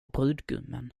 brudgummen